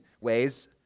ways